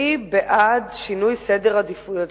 אני בעד שינוי סדר העדיפויות.